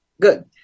good